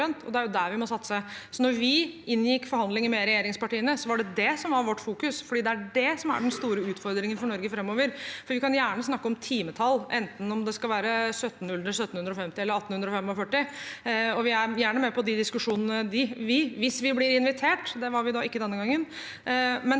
da vi inngikk forhandlinger med regjeringspartiene, var det det som var vårt fokus, fordi det er den store utfordringen for Norge framover. Vi kan gjerne snakke om timetall, om det skal være 1 700, 1 750 eller 1 845, og vi er gjerne med på de diskusjonene hvis vi blir invitert. Det var vi ikke denne gangen.